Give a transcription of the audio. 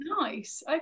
Nice